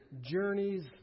journey's